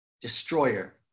destroyer